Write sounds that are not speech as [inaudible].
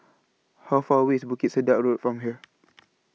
How Far away IS Bukit Sedap Road from here [noise]